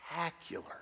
spectacular